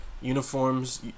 Uniforms